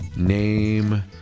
Name